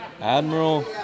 Admiral